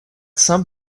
some